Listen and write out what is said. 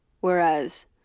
whereas